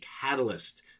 catalyst